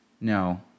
No